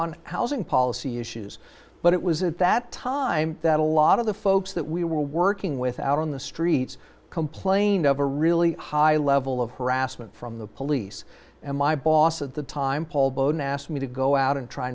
on housing policy issues but it was at that time that a lot of the folks that we were working with out on the streets complained of a really high level of harassment from the police and my boss at the time paul bowden asked me to go out and try